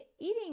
eating